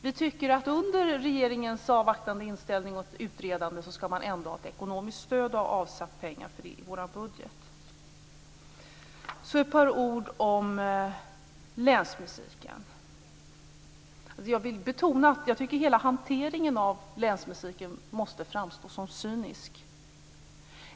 Vi tycker att den samiska teatern skall ha ekonomiskt stöd under tiden som regeringen har den avvaktande inställningen och utreder frågan, och vi har avsatt pengar för detta i vår budget. Jag vill betona att hela hanteringen av länsmusiken framstår som cynisk.